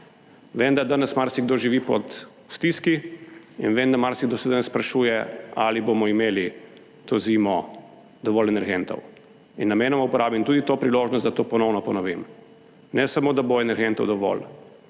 vem, da danes marsikdo živi v stiski, in vem, da marsikdo se danes sprašuje, ali bomo imeli to zimo dovolj energentov. In namenoma uporabim tudi to priložnost, da to ponovno ponovim: ne samo, da bo energentov dovolj,